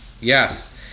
Yes